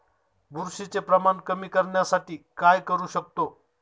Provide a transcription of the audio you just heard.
बुरशीचे प्रमाण कमी करण्यासाठी काय करू शकतो?